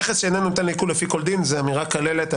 נכס שאיננו ניתן לעיקול לפי כל דין זה אמירה כוללת.